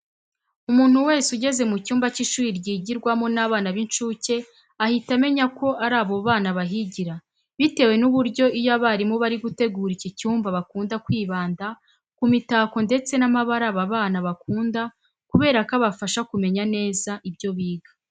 Umuntu wese ugeze mu cyumba cy'ishuri ryigirwamo n'abana b'incuke ahita amenya ko ari abo bana bahigira bitewe n'uburyo iyo abarimu bari gutegura iki cyumba bakunda kwibanda ku mitako ndetse n'amabara aba bana bakunda kubera ko abafasha kumenya neza ibyo biga.